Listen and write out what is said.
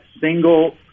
single